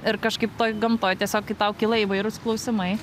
ir kažkaip toj gamtoj tiesiog kai tau kyla įvairūs klausimai